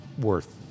worth